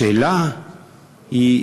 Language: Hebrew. השאלה היא,